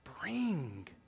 bring